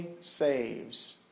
saves